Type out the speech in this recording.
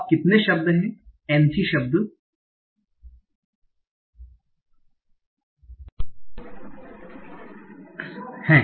अब कितने शब्द हैं N c शब्द हैं